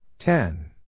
Ten